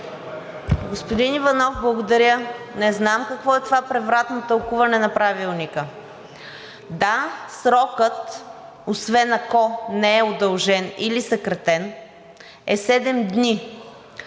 Господин Иванов, благодаря. Не знам какво е това превратно тълкуване на Правилника. Да, срокът, освен ако не е удължен или съкратен, е седем